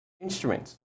instruments